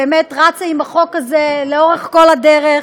שבאמת רצה עם החוק הזה לאורך כל הדרך,